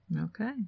Okay